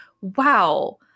wow